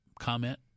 comment